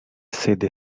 sede